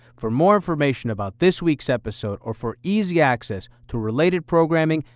for more information about this week's episode, or for easy access to related programming,